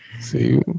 see